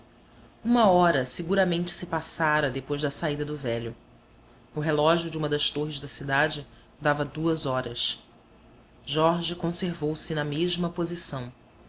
uma hora seguramente se passara depois da saída do velho o relógio de uma das torres da cidade dava duas horas jorge conservou-se na mesma posição